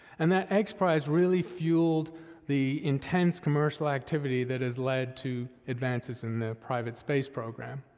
and that x prize really fueled the intense commercial activity that has led to advances in the private space program.